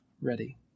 ready